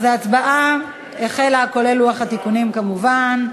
ההצבעה החלה, כולל לוח התיקונים כמובן.